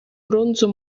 bronzo